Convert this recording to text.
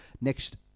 next